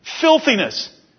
Filthiness